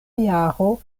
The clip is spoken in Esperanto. jaro